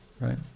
right